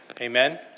Amen